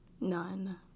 None